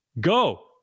go